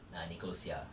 ah nicole seah